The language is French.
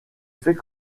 fait